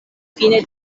fine